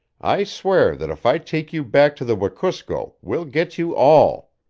i swear that if i take you back to the wekusko we'll get you all.